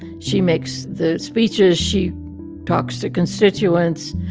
she makes the speeches. she talks to constituents.